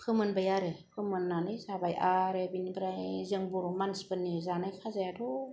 फोमोनबाय आरो फोमोननानै जाबाय आरो बेनिफ्राय बर' मानसिफोरनि जानाय खाजायाथ'